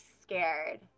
scared